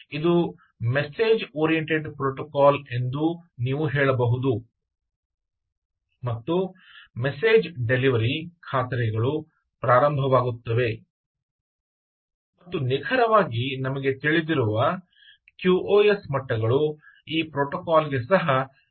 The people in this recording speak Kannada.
ಆದ್ದರಿಂದ ಇದು ಮೆಸ್ಸೇಜ್ ಓರಿಯಂಟೆಡ್ ಪ್ರೋಟೋಕಾಲ್ ಎಂದು ನೀವು ಹೇಳಬಹುದು ಮತ್ತು ಮೆಸ್ಸೇಜ್ ಡೆಲಿವರಿ ಖಾತರಿಗಳು ಪ್ರಾರಂಭವಾಗುತ್ತವೆ ಮತ್ತು ನಿಖರವಾಗಿ ನಮಗೆ ತಿಳಿದಿರುವ ಕ್ಯೂ ಓ ಎಸ್ ಮಟ್ಟಗಳು ಈ ಪ್ರೋಟೋಕಾಲ್ ಗೆ ಸಹ ಅನ್ವಯಿಸುತ್ತವೆ